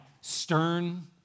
stern